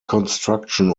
construction